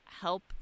help